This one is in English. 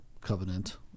covenant